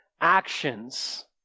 actions